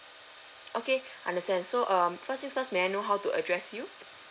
okay understand so um first things first may I know how to address you